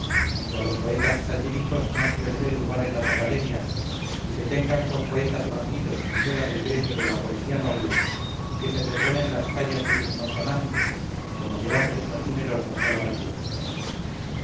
que a los poetas satíricos no se les dé lugar en las academias y se tengan por poetas bandidos y fuera del gremio de la poesía noble y que se pregonen las tallas de sus consonantes como de hombres facinerosos a la república